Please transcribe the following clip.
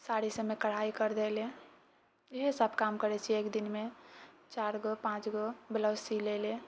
साड़ी सभमे कढ़ाइ कर देली एहि सब काम करय छियै एक दिनमे चारि गो पाँच गो ब्लाउज सी लेै लए